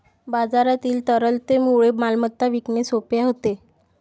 बाजारातील तरलतेमुळे मालमत्ता विकणे सोपे होते